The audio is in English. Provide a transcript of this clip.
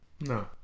no